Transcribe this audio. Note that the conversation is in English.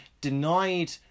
denied